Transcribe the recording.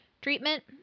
Treatment